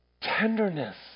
tenderness